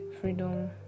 freedom